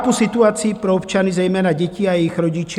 Chápu situaci pro občany, zejména děti a jejich rodiče.